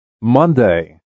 MONDAY